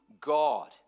God